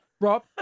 Rob